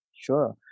Sure